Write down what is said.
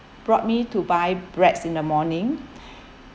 brought me to buy breads in the morning